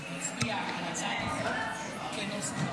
כנוסח הוועדה.